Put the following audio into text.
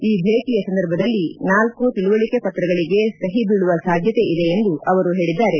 ಈ ಭೇಟಿಯ ಸಂದರ್ಭದಲ್ಲಿ ನಾಲ್ಕು ತಿಳಿವಳಿಕೆ ವಿಜ್ಞಾಪನಾ ಪತ್ರಗಳಿಗೆ ಸಹಿ ಬೀಳುವ ಸಾಧ್ಯತೆ ಇದೆ ಎಂದು ಅವರು ಹೇಳಿದ್ದಾರೆ